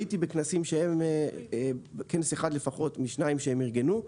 הייתי בכנס אחד לפחות משניים שהם ארגנו.